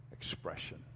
expression